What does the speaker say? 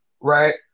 Right